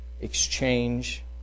exchange